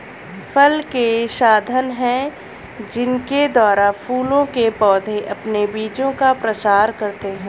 फल वे साधन हैं जिनके द्वारा फूलों के पौधे अपने बीजों का प्रसार करते हैं